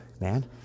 man